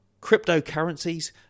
cryptocurrencies